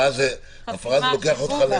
גם את זה הוא צריך לעשות?